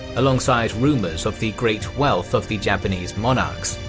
alongside rumours of the great wealth of the japanese monarchs.